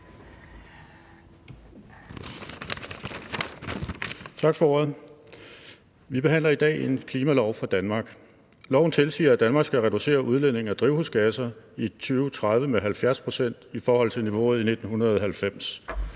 Tak for ordet. Vi behandler i dag en klimalov for Danmark. Loven tilsiger, at Danmark skal reducere udledningen af drivhusgasser i 2030 med 70 pct. i forhold til niveauet i 1990.